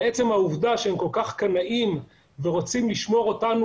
ועצם העובדה שהם כל כך קנאים ורוצים לשמור אותנו